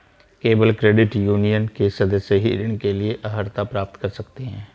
केवल credit union के सदस्य ही ऋण के लिए अर्हता प्राप्त कर सकते हैं